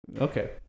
Okay